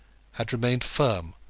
had remained firm,